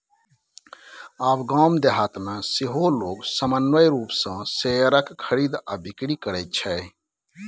आब गाम देहातमे सेहो लोग सामान्य रूपसँ शेयरक खरीद आ बिकरी करैत छै